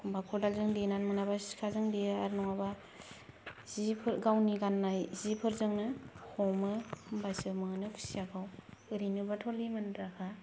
खदालजों देना मोनाबा सिखाजों देयो आरो नङाबा जि फोर गावनि गान्नाय जिफोरजोंनो हमो होमबासो मोनो खुइयाखौ आरैनोबाथ' लिमोन्द्राखा